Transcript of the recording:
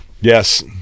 Yes